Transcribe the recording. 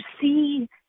see